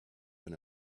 been